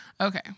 Okay